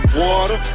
water